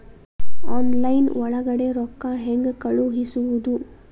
Online ಒಳಗಡೆ ರೊಕ್ಕ ಹೆಂಗ್ ಕಳುಹಿಸುವುದು?